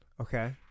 Okay